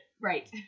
Right